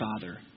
father